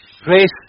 grace